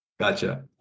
Gotcha